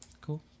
Cool